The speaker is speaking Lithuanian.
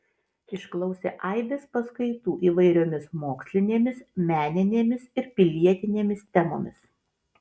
išklausė aibės paskaitų įvairiomis mokslinėmis meninėmis ir pilietinėmis temomis